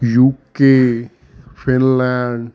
UK Finland